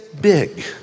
big